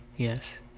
Yes